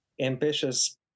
ambitious